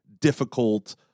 difficult